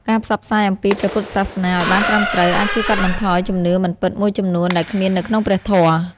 ការផ្សព្វផ្សាយអំពីព្រះពុទ្ធសាសនាឱ្យបានត្រឹមត្រូវ អាចជួយកាត់បន្ថយជំនឿមិនពិតមួយចំនួនដែលគ្មាននៅក្នុងព្រះធម៌។